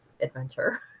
adventure